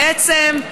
בעצם,